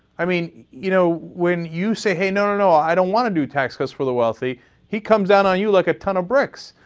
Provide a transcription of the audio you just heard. i mean, you know, when you say, hey, no, no, no, i don't want to do tax cuts for the wealthy he comes down on you like a ton of bricks.